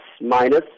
minus